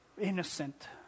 innocent